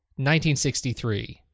1963